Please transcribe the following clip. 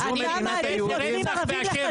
אתה מעדיף רוצחים ערבים לכתחילה.